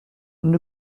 nous